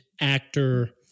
actor